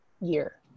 year